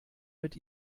mit